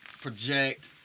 project